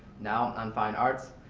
now, on fine arts.